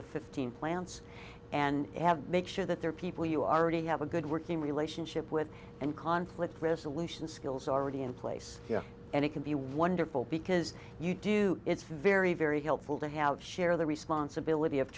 of fifteen plants and have make sure that there are people you already have a good working relationship with and conflict resolution skills are already in place yeah and it can be wonderful because you do it's very very helpful to have share the responsibility of